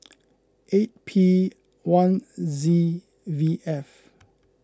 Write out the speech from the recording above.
eight P one Z V F